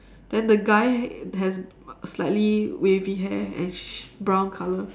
then the guy has slightly wavy hair and sh~ brown colour